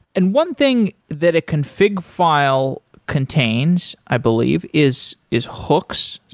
and one thing that a config file contains i believe is is hooks.